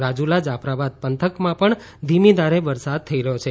રાજુલા જાફરાબાદ પંથકમાં પણ ધીમી ધારે વરસાદ થઇ રહ્યો છે